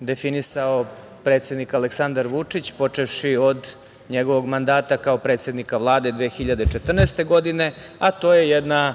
definisao predsednik Aleksandar Vučić, počevši od njegovog mandata kao predsednika Vlade 2014. godine, a to je jedna